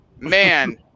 Man